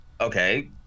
okay